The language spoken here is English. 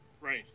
Right